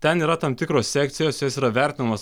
ten yra tam tikros sekcijos jos yra vertinamos